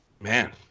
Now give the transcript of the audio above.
man